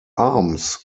arms